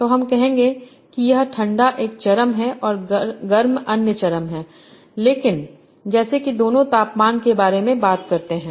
तो हम कहेंगे कि यह ठंडा एक चरम है और गर्म अन्य चरम है लेकिन जैसे कि दोनों तापमान के बारे में बात करते हैं